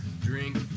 drink